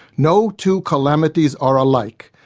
no two calamities are alike,